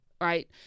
right